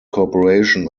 corporation